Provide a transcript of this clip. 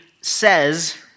says